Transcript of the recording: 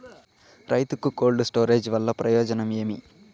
రైతుకు cold storage వల్ల ప్రయోజనం ఏమి?